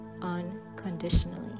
unconditionally